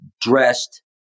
dressed